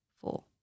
four